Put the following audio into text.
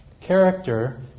character